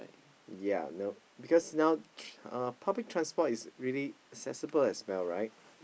ya nope because now uh public transport is really accessible as well right